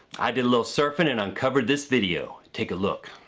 i did a little surfing and uncovered this video, take a look.